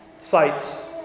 sites